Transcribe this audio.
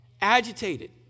agitated